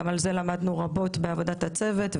גם על זה למדנו רבות בעבודת הצוות.